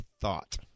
thought